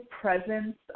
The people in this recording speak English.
presence